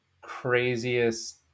craziest